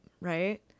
right